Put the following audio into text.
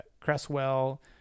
cresswell